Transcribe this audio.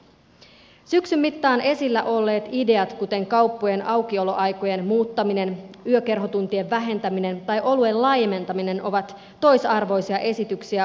syksyn mittaan esillä olleet ideat kuten kauppojen aukioloaikojen muuttaminen yökerhotuntien vähentäminen tai oluen laimentaminen ovat toisarvoisia esityksiä matkustajatuontiongelman rinnalla